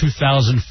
2004